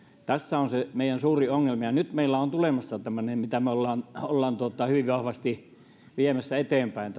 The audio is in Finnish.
tässä on se meidän suuri ongelma ja nyt meillä on tulossa tämmöinen kaksitoista vuotinen suunnitelma mitä me olemme hyvin vahvasti viemässä eteenpäin